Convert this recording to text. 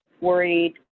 worried